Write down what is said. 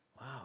wow